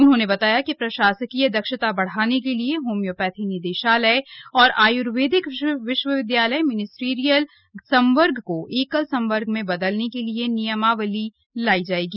उन्होंने बताया कि प्रशासकीय दक्षता बढ़ाने के लिए होम्योपैथिक निदेशालय और आय्र्वेदिक विश्वविद्यालय मिनिस्टीरियल संवर्ग को एकल संवर्ग में बदलने के लिए नियमावली लायी जायेगी